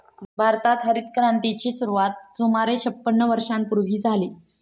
भारतात हरितक्रांतीची सुरुवात सुमारे छपन्न वर्षांपूर्वी झाली